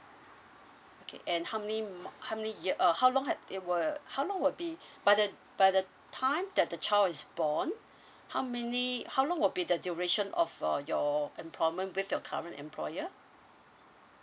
okay and how many mo~ ~ how many year uh how long have they will uh how long will be but then by the by the time that the child is born uh how many uh how long will be the duration of your your employment with your current employer